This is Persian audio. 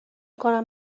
کنم